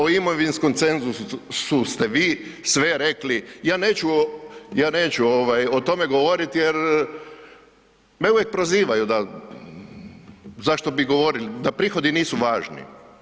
O imovinskom cenzusu ste vi sve rekli, ja neću o tome govoriti jer me uvijek prozivaju da zašto bi govorili, da prihodi nisu važni.